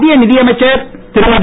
மத்திய நிதி அமைச்சர் திருமதி